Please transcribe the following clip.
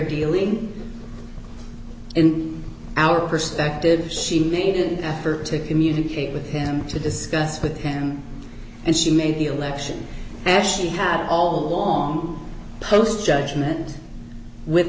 dealing in our perspective she needed and effort to communicate with him to discuss with him and she made the election ashley had all on post judgment with